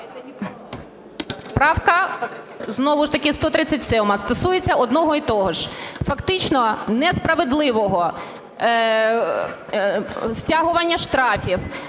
Правка знову ж таки 137-а стосується одного й того ж – фактично несправедливого стягування штрафів